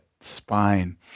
spine